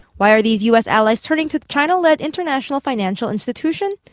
why are these us allies turning to the china-led international financial institution?